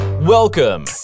welcome